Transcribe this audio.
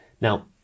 Now